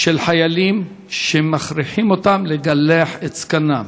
של חיילים שמכריחים אותם לגלח את זקנם.